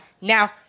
now